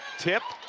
tip.